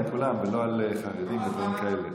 על כולם ולא על חרדים ודברים כאלה,